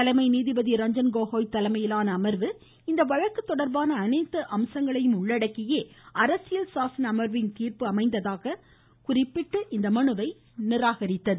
தலைமை நீதிபதி ரஞ்சன்கோகோய் தலைமையிலான அமர்வு இந்த வழக்கு தொடா்பான அனைத்து அம்சங்களையும் உள்ளடக்கியே அரசியல் சாசன அமா்வின் தீாப்பு அமைந்துள்ளதாக குறிப்பிட்டு இந்த மனுவை நிராகரித்தார்